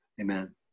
amen